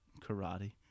karate